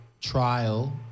trial